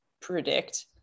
predict